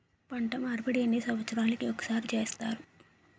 పంట మార్పిడి ఎన్ని సంవత్సరాలకి ఒక్కసారి చేస్తారు?